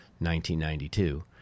1992